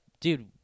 dude